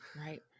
Right